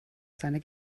seine